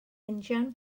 injan